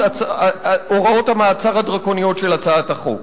הוראות המעצר הדרקוניות של הצעת החוק.